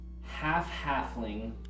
Half-halfling